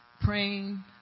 praying